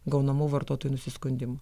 gaunamų vartotojų nusiskundimų